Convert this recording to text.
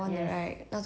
and